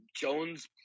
Jones